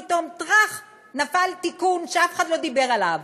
פתאום, טראח, נפל תיקון שאף אחד לא דיבר עליו,